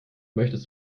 möchtest